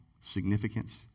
significance